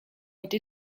été